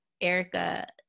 Erica